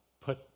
put